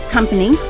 Company